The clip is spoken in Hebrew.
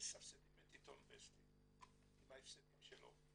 מסבסדים את עיתון וסטי עם ההפסדים שלו,